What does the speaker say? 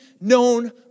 known